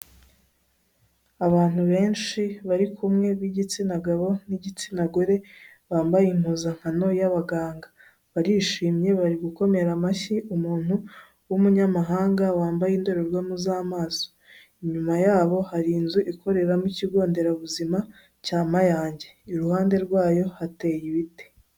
Abantu benshi bari kumwe b'igitsina gabo n'igitsina gore bambaye impuzankano y'abaganga, barishimye bari gukomera amashyi umuntu w'umunyamahanga wambaye indorerwamo z'amaso. Inyuma yabo hari inzu ikoreramo ikigo nderabuzima cya mayange, iruhande rwayo hateye ibiti.